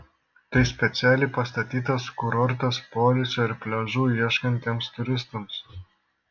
tai specialiai pastatytas kurortas poilsio ir pliažų ieškantiems turistams